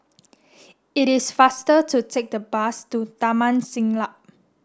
it is faster to take the bus to Taman Siglap